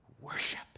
worship